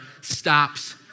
stops